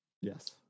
yes